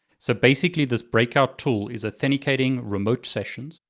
so basically, this breakout tool is authenticating remote sessions.